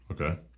Okay